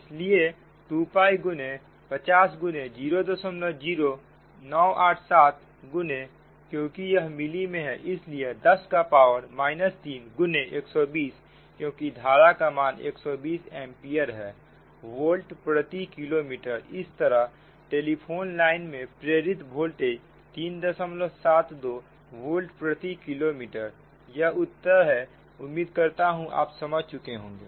इसलिए 2 5000987क्योंकि यह मिली में है इसलिए 10 का पावर 3 120 क्योंकि धारा का मान 120 एंपियर है वोल्ट प्रति किलोमीटर इस तरह टेलीफोन लाइन में प्रेरित वोल्टेज 372 वोल्ट प्रति किलोमीटर यह उत्तर है उम्मीद करता हूं आप समझ चुके होंगे